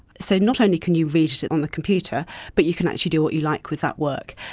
so not only can you read it it on the computer but you can actually do what you like with that work.